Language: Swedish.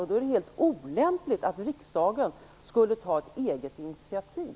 Det är därför helt olämpligt att riksdagen skulle ta ett eget initiativ.